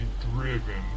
driven